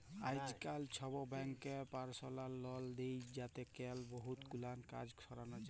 আইজকাল ছব ব্যাংকই পারসলাল লল দেই যাতে ক্যরে বহুত গুলান কাজ সরানো যায়